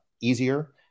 easier